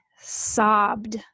sobbed